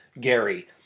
Gary